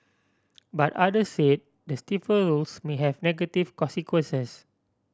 but other say the stiffer rules may have negative consequences